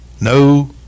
no